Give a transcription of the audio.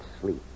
sleep